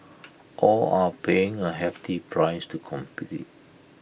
all are paying A hefty price to compete